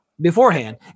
beforehand